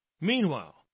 Meanwhile